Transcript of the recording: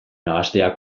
nahastea